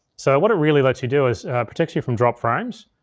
so what it really lets you do is protects you from dropped frames.